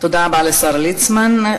תודה רבה לשר ליצמן.